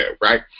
right